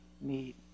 need